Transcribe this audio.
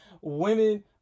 women